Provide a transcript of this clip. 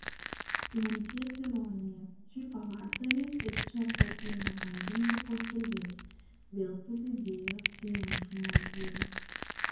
lemties ironija šį pavasarį ričardą ėmė kankinti kosulys vėl padidėjo limfmazgiai